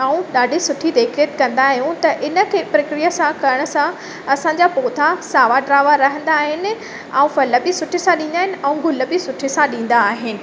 ऐं ॾाढी सुठी देख रेख कंदा आहियूं त इन खे प्रक्रिया सां करण सां असांजा पौधा सावा डावा रहंदा आहिनि ऐं फल बि सुठे सां ॾींदा आहिनि ऐं गुल बि सुठे सां ॾींदा आहिनि